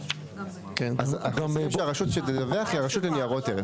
אז אתם אומרים שחובת הדיווח היא של רשות ניירות ערך.